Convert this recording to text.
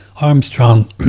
Armstrong